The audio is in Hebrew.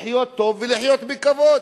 לחיות טוב ולחיות בכבוד.